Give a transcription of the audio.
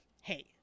hey